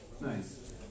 Nice